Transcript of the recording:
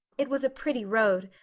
it was a pretty road,